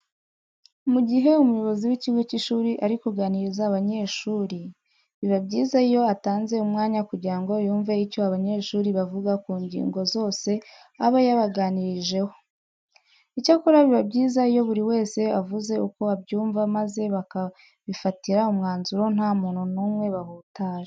Mu gihe umuyobozi w'ikigo cy'ishuri ari kuganiriza abanyeshuri, biba byiza iyo atanze umwanya kugira ngo yumve icyo abanyeshuri bavuga ku ngingo zose aba yabaganirijeho. Icyakora biba byiza iyo buri wese avuze uko abyumva maze bakabifatira umwanzuro nta muntu n'umwe bahutaje.